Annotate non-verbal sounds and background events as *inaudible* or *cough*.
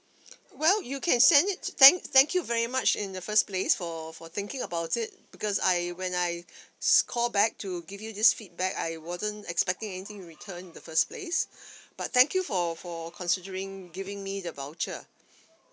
well you can send it to thank thank you very much in the first place for for thinking about it because I when I *noise* call back to give you this feedback I wasn't expecting anything in return in the first place but thank you for for considering giving me the voucher